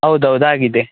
ಹೌದೌದ್ ಆಗಿದೆ